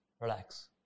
Relax